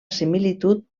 similitud